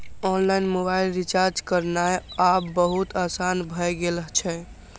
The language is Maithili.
ऑनलाइन मोबाइल रिचार्ज करनाय आब बहुत आसान भए गेल छै